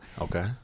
okay